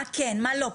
מה כן ומה לא?